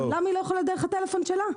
למה היא לא יכולה דרך הטלפון שלה?